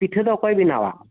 ᱯᱤᱴᱷᱟᱹ ᱫᱚ ᱚᱠᱚᱭ ᱵᱮᱱᱟᱣᱟ